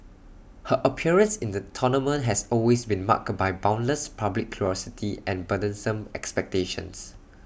her appearance in the tournament has always been marked by boundless public curiosity and burdensome expectations